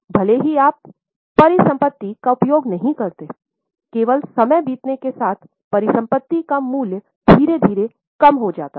भले ही आप परिसंपत्ति का उपयोग नहीं करतें केवल समय बीतने के साथ परिसंपत्ति का मूल्य धीरे धीरे कम हो जाता है